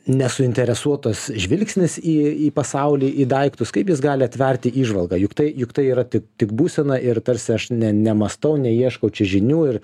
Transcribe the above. nesuinteresuotas žvilgsnis į į pasaulį į daiktus kaip jis gali atverti įžvalgą juk tai juk tai yra tik tik būsena ir tarsi aš ne nemąstau neieškau čia žinių ir